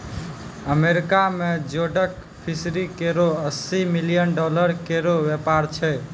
America में जोडक fishery केरो अस्सी मिलियन डॉलर केरो व्यापार छै